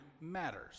matters